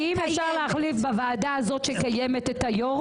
האם אפשר להחליף בוועדה הזאת שקיימת את היו"ר?